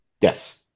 Yes